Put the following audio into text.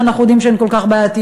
שאנחנו יודעים שהן כל כך בעייתיות.